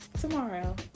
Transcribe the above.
tomorrow